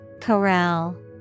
Corral